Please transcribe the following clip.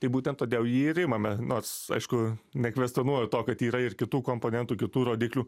tai būtent todėl jį ir imame nors aišku nekvestionuoju to kad yra ir kitų komponentų kitų rodiklių